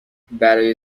برای